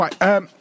Right